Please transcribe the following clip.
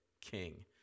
king